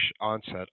onset